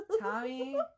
Tommy